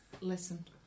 Listen